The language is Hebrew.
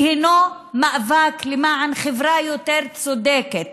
כי הינו מאבק למען חברה יותר צודקת.